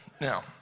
Now